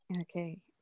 Okay